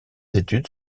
études